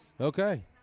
okay